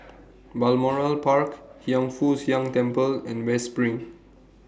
Balmoral Park Hiang Foo Siang Temple and West SPRING